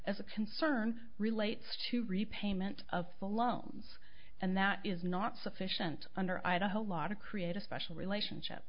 as a concern relates to repayment of the loans and that is not sufficient under idaho law to create a special relationship